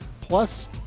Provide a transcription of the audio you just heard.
Plus